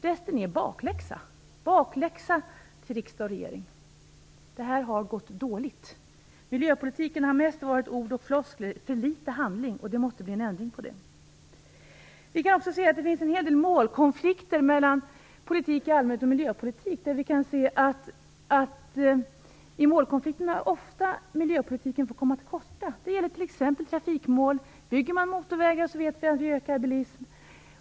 Resten får riksdag och regering bakläxa på. Det här har gått dåligt. Miljöpolitiken har mest varit ord och floskler och för litet handling. Det måste bli en ändring på det. Vi kan också se att det finns en hel del målkonflikter mellan politik i allmänhet och miljöpolitik. I dessa målkonflikter kommer ofta miljöpolitiken till korta. Det gäller t.ex. trafikmålen. Om vi bygger motorvägar vet vi att det leder till ökad bilism.